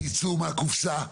תצאו מהקופסא,